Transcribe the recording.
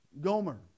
Gomer